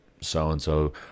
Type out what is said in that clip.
so-and-so